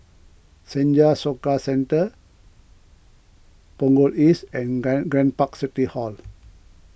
Senja Soka Centre Punggol East and Grand Grand Park City Hall